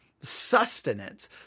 sustenance